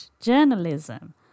journalism